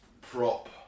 prop